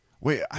Wait